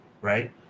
right